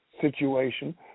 situation